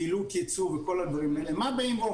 פעילות ייצוא ודברים מהסוג הזה,